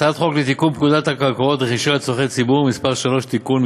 הצעת חוק לתיקון פקודת הקרקעות (רכישה לצורכי ציבור) (מס' 3) (תיקון),